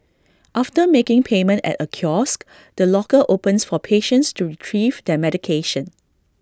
after making payment at A kiosk the locker opens for patients to Retrieve their medication